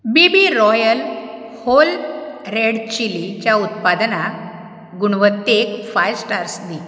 बी B royal whole red चिलीच्या उत्पादनाक गुणवत्तेक फाय स्टार्स दी